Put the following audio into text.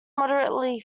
moderately